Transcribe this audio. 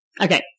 Okay